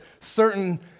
certain